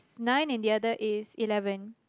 nine and the other is eleven